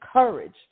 encouraged